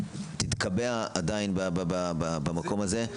תתקבע עדיין במקום הזה.